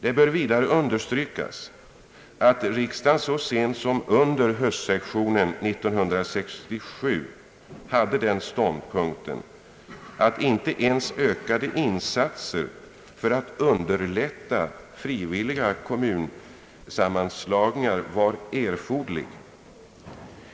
Det bör vidare understrykas att riksdagen så sent som under höstsessionen 1967 intog den ståndpunkten, att inte ens ökade insatser för att underlätta frivilliga kommunsammanslagningar var erforderliga.